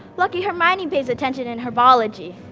lucky hermione pays attention in herbology.